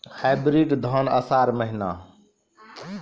Hybrid धान आषाढ़ महीना?